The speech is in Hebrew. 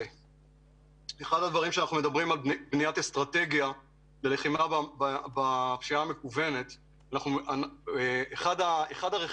כשאנחנו מדברים על בניית אסטרטגיה ללחימה בפשיעה המקוונת אחד הרכיבים